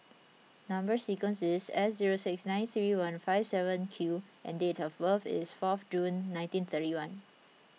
Number Sequence is S zero six nine three one five seven Q and date of birth is fourth June nineteen thirty one